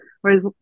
Whereas